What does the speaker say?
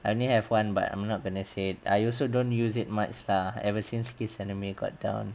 I only have one but I'm not gonna say it I also don't use it much lah ever since kiss anime got down